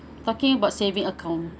talking about saving account